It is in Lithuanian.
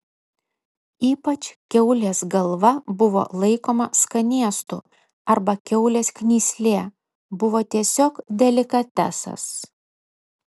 ypač kiaulės galva buvo laikoma skanėstu arba kiaulės knyslė buvo tiesiog delikatesas